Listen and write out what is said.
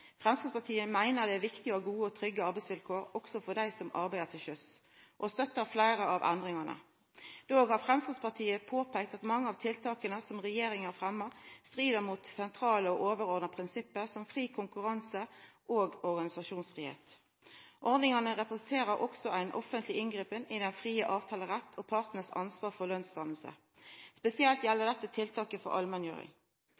Framstegspartiet meiner det er viktig å ha gode og trygge arbeidsvilkår, også for dei som arbeider til sjøs, og har støtta fleire av endringane. Likevel har Framstegspartiet påpeikt at mange av tiltaka som regjeringa har fremma, strir mot sentrale og overordna prinsipp som fri konkurranse og organisasjonsfridom. Ordningane representerer også eit offentleg inngrep i den frie avtaleretten og partanes ansvar for lønnsdanning. Spesielt